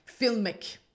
filmic